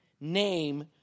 Name